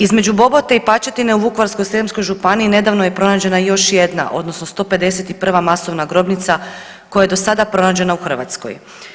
Između Bobote i Pačetine u Vukovarsko-srijemskoj županiji nedavno je pronađena još jedna odnosno 151. masovna grobnica koja je do sada pronađena u Hrvatskoj.